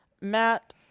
Matt